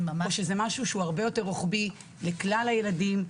או שזה משהו שהוא הרבה יותר רוחבי לכלל הילדים,